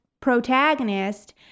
protagonist